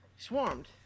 swarmed